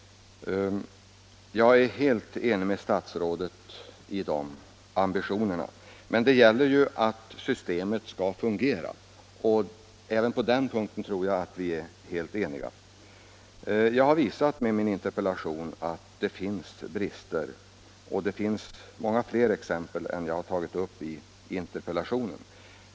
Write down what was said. Jag är helt enig med statsrådet i de ambitionerna. Men systemet måste ju också fungera. Även på den punkten tror jag att vi är helt ense. Jag har i min interpellation visat på brister — det finns många flera exempel än det jag har tagit upp i interpellationen.